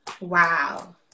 wow